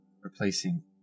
replacing